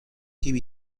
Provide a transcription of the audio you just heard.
give